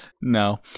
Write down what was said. No